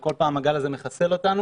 וכל פעם הגל הזה מחסל אותנו.